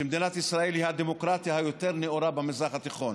שמדינת ישראל היא הדמוקרטיה היותר-נאורה במזרח התיכון.